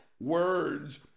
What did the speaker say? Words